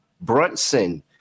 Brunson